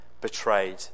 betrayed